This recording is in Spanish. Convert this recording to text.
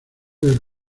del